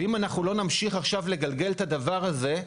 ואם אנחנו לא נמשיך עכשיו לגלגל את הדבר הזה,